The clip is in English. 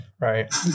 right